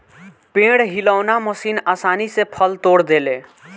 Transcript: पेड़ हिलौना मशीन आसानी से फल तोड़ देले